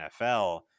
NFL